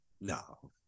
No